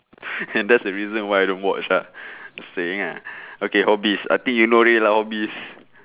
that's the reason why I don't watch ah saying uh okay hobbies I think you know already lah hobbies